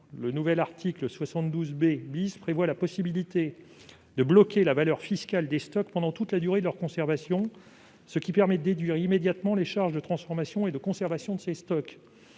général des impôts prévoit la possibilité de bloquer la valeur fiscale des stocks pendant toute la durée de leur conservation, ce qui permet de déduire immédiatement les charges de transformation et de conservation. Cela procure